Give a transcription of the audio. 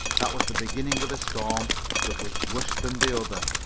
that was the beginning of a storm that was worse than the other.